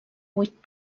vuit